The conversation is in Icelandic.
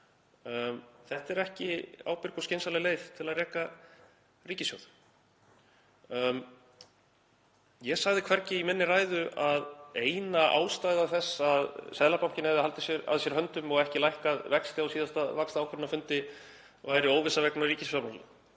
Þetta er ekki ábyrg og skynsamleg leið til að reka ríkissjóð. Ég sagði hvergi í minni ræðu að eina ástæða þess að Seðlabankinn hefði haldið að sér höndum og ekki lækkað vexti á síðasta vaxtaákvörðunarfundi væri óvissa vegna ríkisfjármála.